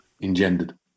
engendered